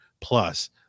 plus